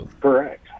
Correct